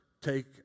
take